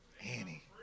Annie